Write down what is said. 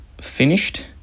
finished